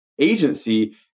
agency